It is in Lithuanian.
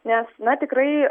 nes na tikrai